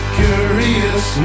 curious